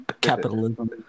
capitalism